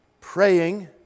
praying